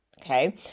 Okay